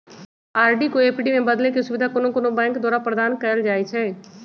RD को FD में बदलेके सुविधा कोनो कोनो बैंके द्वारा प्रदान कएल जाइ छइ